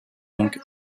donc